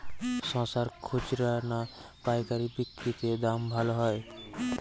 শশার খুচরা না পায়কারী বিক্রি তে দাম ভালো হয়?